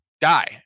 Die